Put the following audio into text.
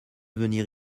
venir